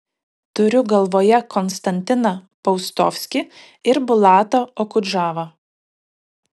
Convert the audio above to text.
turiu galvoje konstantiną paustovskį ir bulatą okudžavą